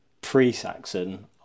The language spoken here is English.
pre-Saxon